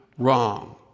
Wrong